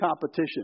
competition